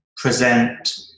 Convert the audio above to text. present